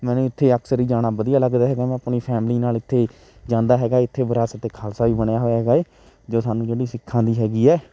ਮੈਨੂੰ ਇੱਥੇ ਅਕਸਰ ਹੀ ਜਾਣਾ ਵਧੀਆ ਲੱਗਦਾ ਹੈਗਾ ਮੈਂ ਆਪਣੀ ਫੈਮਿਲੀ ਨਾਲ ਇੱਥੇ ਜਾਂਦਾ ਹੈਗਾ ਇੱਥੇ ਵਿਰਾਸਤ ਏ ਖਾਲਸਾ ਵੀ ਬਣਿਆ ਹੋਇਆ ਹੈਗਾ ਹੈ ਜੋ ਸਾਨੂੰ ਜਿਹੜੀ ਸਿੱਖਾਂ ਦੀ ਹੈਗੀ ਹੈ